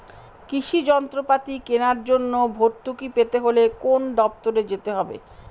কৃষি যন্ত্রপাতি কেনার জন্য ভর্তুকি পেতে হলে কোন দপ্তরে যেতে হবে?